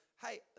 hey